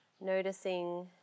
noticing